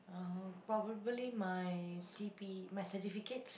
uh probably my C_P my certificates